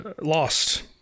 lost